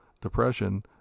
depression